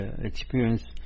experience